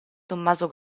tommaso